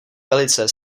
velice